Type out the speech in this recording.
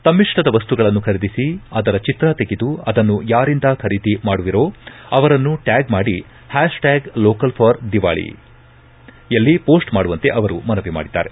ತಮ್ಷಿಷ್ಲದ ವಸ್ತುಗಳನ್ನು ಖರೀದಿಸಿ ಅದರ ಚಿತ್ರ ತೆಗೆದು ಅದನ್ನು ಯಾರಿಂದ ಖರೀದಿ ಮಾಡುವಿರೋ ಅವರನ್ನು ಟ್ಲಾಗ್ ಮಾಡಿ ಪ್ಕಾಷ್ಟ್ಯಾಗ್ ಲೋಕಲ್ ಫಾರ್ ದಿವಾಳಿಯಲ್ಲಿ ಮೋಸ್ಟ್ ಮಾಡುವಂತೆ ಅವರು ಮನವಿ ಮಾಡಿದ್ದಾರೆ